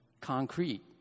concrete